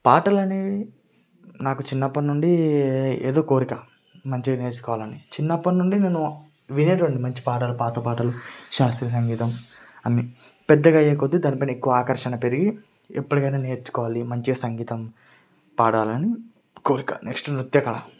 పాటలనేవి నాకు చిన్నప్పటి నుండి ఏదో కోరిక మంచిగా నేర్చుకోవాలని చిన్నప్పటి నుండి నేను వినేవాన్ని మంచి పాటలు పాత పాటలు శాస్త్రీయ సంగీతం అన్నీ పెద్దగయ్యే కొద్ది దానిపైన ఎక్కువ ఆకర్షణ పెరిగి ఎప్పటికైనా నేర్చుకోవాలి మంచిగా సంగీతం పాడాలని కోరిక నెక్స్టు నృత్యకళ